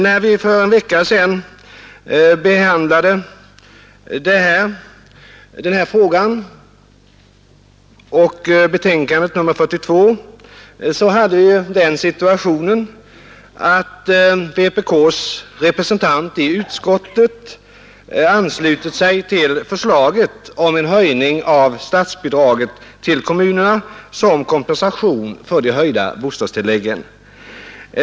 När vi för en vecka sedan behandlade den här frågan och betänkande nr 42 befann vi oss i den situationen att vpk:s representant i utskottet anslutit sig till förslaget om en höjning av statsbidraget till kommunerna, som kompensation för de höjda bostadstilläggen.